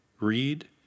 read